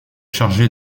chargé